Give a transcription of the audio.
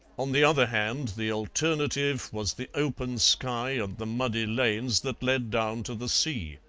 on the other hand, the alternative was the open sky and the muddy lanes that led down to the sea.